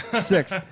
Six